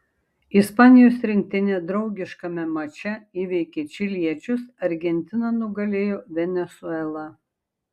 ispanijos rinktinė draugiškame mače įveikė čiliečius argentina nugalėjo venesuelą